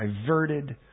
diverted